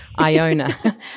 Iona